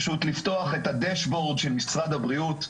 פשוט לפתוח את הדשבורד של משרד הבריאות,